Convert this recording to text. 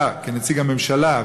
אתה כנציג הממשלה,